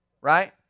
Right